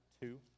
two